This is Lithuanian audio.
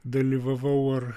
dalyvavau ar